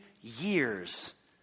years